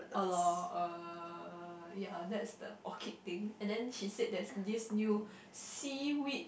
a lot uh yeah that's the orchid thing and then she said that there's this new seaweed